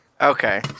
Okay